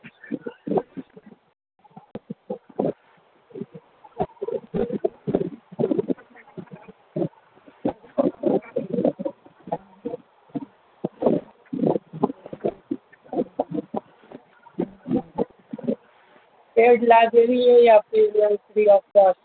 paid library ہے یا پھر فری آف کاسٹ